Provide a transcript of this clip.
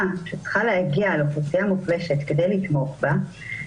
שצריכה להגיע לאוכלוסייה מוחלשת כדי לתמוך בה,